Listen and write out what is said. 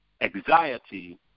anxiety